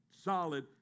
solid